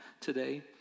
today